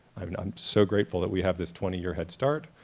i mean i'm so grateful that we have this twenty year head start.